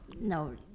No